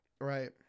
Right